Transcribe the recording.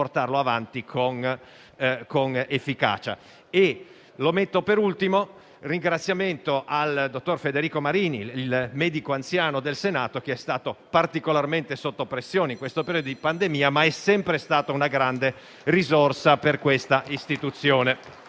Rivolgo per ultimo un ringraziamento al dottor Federico Marini, medico anziano del Senato, che, seppure particolarmente sotto pressione nel periodo di pandemia, è sempre stato una grande risorsa per questa istituzione.